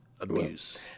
abuse